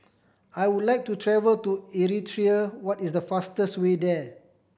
I would like to travel to Eritrea what is the fastest way there